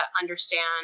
understand